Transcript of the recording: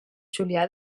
julià